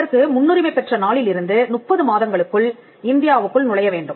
இதற்கு முன்னுரிமை பெற்ற நாளிலிருந்து 30 மாதங்களுக்குள் இந்தியாவுக்குள் நுழைய வேண்டும்